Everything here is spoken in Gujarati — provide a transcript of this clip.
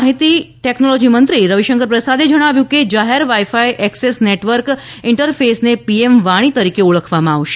માહિતી ટેકનોલોજી મંત્રી રવિશંકર પ્રસાદે જણાવ્યું છે કે જાહેર વાઈ ફાઈ એક્સેસ નેટવર્ક ઈન્ટરફેસને પીએમ વાણી તરીકે ઓળખવામાં આવશે